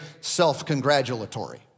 self-congratulatory